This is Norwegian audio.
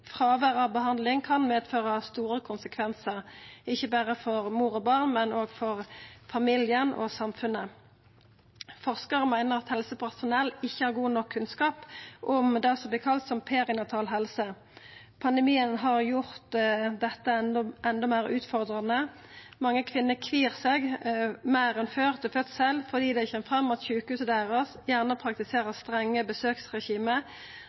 av behandling kan ha store konsekvensar, ikkje berre for mor og barn, men òg for familien og samfunnet. Forskarar meiner at helsepersonell ikkje har god nok kunnskap om det som vert kalla for perinatal helse. Pandemien har gjort dette enda meir utfordrande. Mange kvinner kvir seg meir enn før til fødsel fordi det kjem fram at sjukehuset deira